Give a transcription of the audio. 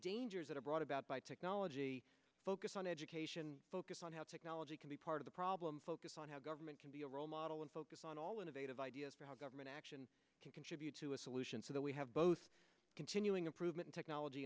dangers that are brought about by technology focus on education focus on how technology can be part of the problem focus on how government can be a role model and focus on all innovative ideas for how government action can contribute to a solution so that we have both continuing improvement technology